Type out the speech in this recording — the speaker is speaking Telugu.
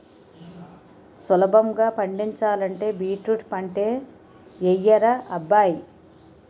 సులభంగా పండించాలంటే బీట్రూట్ పంటే యెయ్యరా అబ్బాయ్